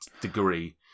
degree